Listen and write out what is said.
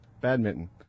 Badminton